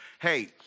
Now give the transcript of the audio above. hey